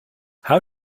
how